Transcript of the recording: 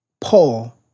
Paul